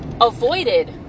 avoided